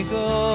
go